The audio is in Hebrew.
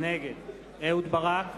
נגד אהוד ברק,